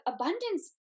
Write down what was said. abundance